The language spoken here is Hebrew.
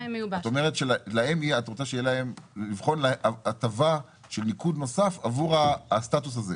את רוצה לבחון הטבה של ניקוד נוסף עבור הסטטוס הזה.